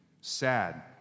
sad